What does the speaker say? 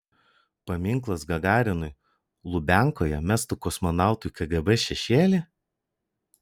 paminklas gagarinui lubiankoje mestų kosmonautui kgb šešėlį